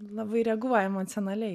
labai reaguoju emocionaliai